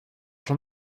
som